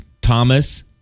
Thomas